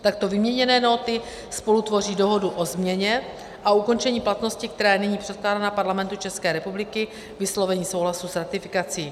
Takto vyměněné nóty spolu tvoří dohodu o změně a ukončení platnosti, která je nyní předkládána Parlamentu České republiky k vyslovení souhlasu s ratifikací.